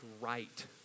right